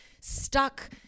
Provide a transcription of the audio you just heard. stuck